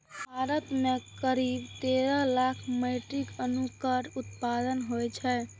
भारत मे करीब तेइस लाख मीट्रिक टन अंगूरक उत्पादन होइ छै